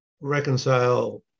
reconcile